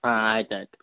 ಹಾಂ ಆಯ್ತು ಆಯ್ತು